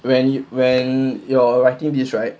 when when you're writing this right